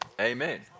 Amen